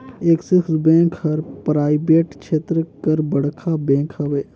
axis bank हर private छेत्र कर बड़खा बेंक हवे